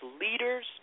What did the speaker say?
leaders